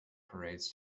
parades